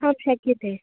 हां शक्यते